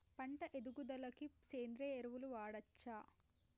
పంట ఎదుగుదలకి సేంద్రీయ ఎరువులు వాడచ్చా?